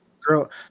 girl